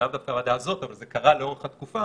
לאו דווקא הוועדה הזאת אבל זה קרה לאורך התקופה